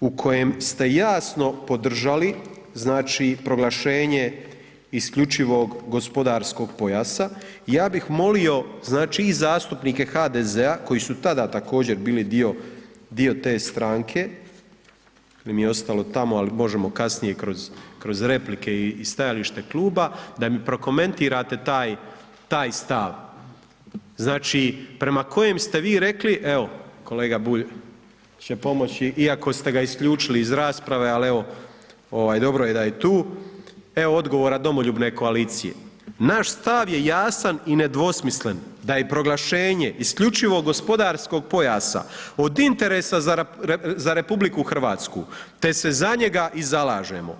u kojem ste jasno podržali, znači, proglašenje isključivog gospodarskog pojasa, ja bih molio, znači, i zastupnike HDZ-a koji su tada također bili dio te stranke, il mi je ostalo tamo, ali možemo kasnije kroz replike i stajalište kluba, da mi prokomentirate taj stav, znači, prema kojem ste vi rekli, evo kolega Bulj će pomoći iako ste ga isključili iz rasprave, ali evo dobro je da je tu, evo odgovora domoljubne koalicije „Naš stav je jasan i nedvosmislen da je proglašenje isključivog gospodarskog pojasa od interesa za RH, te se za njega i zalažemo.